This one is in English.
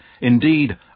Indeed